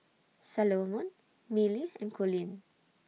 Salomon Millie and Coleen